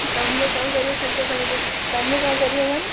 ତୁମେ କ'ଣ କରିବ ଖାଲି ତୁମେ ତୁମେ କ'ଣ କରିବ ମାନେ